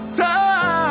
time